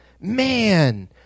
man